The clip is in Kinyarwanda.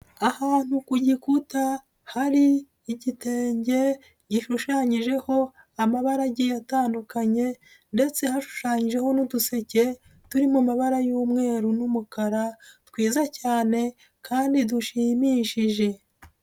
Ahantu ku gikuta hari igitenge gishushanyijeho amabara agiye atandukanye ndetse hashushanyijeho n'uduseke turi mu mabara y'umweru n'umukara twiza cyane kandi dushimishije.